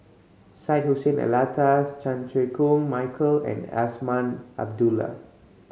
Syed Hussein Alatas Chan Chew Koon Michael and Azman Abdullah